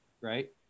Right